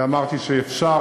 ואמרתי שאפשר,